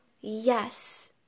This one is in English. Yes